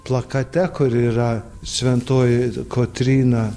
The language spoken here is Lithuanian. plakate kur yra šventoji kotryna